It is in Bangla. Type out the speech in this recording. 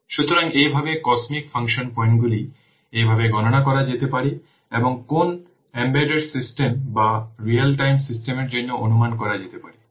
সুতরাং এইভাবে COSMIC ফাংশন পয়েন্টগুলি এইভাবে গণনা করা যেতে পারে এবং কোন এমবেডেড সিস্টেম বা রিয়েল টাইম সিস্টেমের জন্য অনুমান করা যেতে পারে